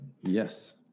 Yes